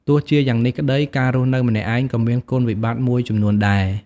ទោះជាយ៉ាងនេះក្ដី ការរស់នៅម្នាក់ឯងក៏មានគុណវិបត្តិមួយចំនួនដែរ។